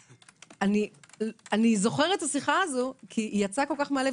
אני זוכרת את השיחה הזו כי היא יצאה מהלב,